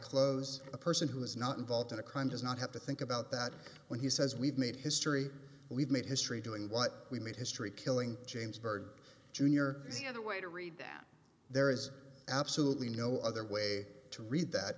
clothes a person who is not involved in a crime does not have to think about that when he says we've made history we've made history doing what we made history killing james byrd jr the other way to read that there is absolutely no other way to read that